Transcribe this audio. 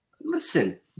Listen